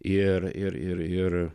ir ir ir